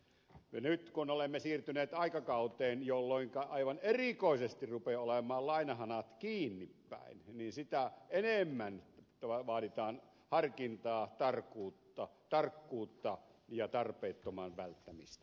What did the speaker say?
nyt kun olemme siirtyneet aikakauteen jolloinka aivan erikoisesti rupeaa olemaan lainahanat kiinnipäin niin sitä enemmän vaaditaan harkintaa tarkkuutta ja tarpeettoman välttämistä